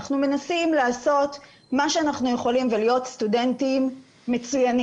אנחנו מנסים לעשות מה שאנחנו יכולים ולהיות סטודנטים מצוינים.